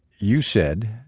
you said,